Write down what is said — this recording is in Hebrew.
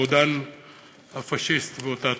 הרודן הפאשיסט באותה תקופה.